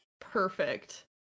perfect